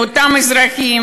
לאותם אזרחים